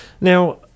Now